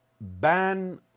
ban